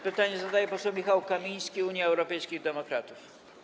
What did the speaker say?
Pytanie zada poseł Michał Kamiński, Unia Europejskich Demokratów.